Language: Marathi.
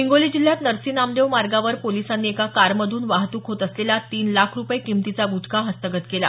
हिंगोली जिल्ह्यात नर्सी नामदेव मार्गावर पोलिसांनी एका कारमधून वाहतूक होत असलेला तीन लाख रुपये किंमतीचा गुटखा हस्तगत केला